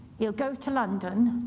he'll go to london,